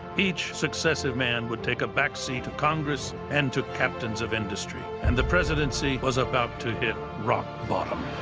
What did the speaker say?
each successive man would take a backseat to congress and to captains of industry. and the presidency was about to hit rock bottom.